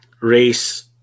race